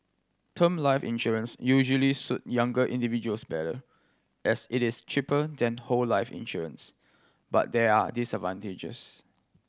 term life insurance usually suit younger individuals better as it is cheaper than whole life insurance but there are disadvantages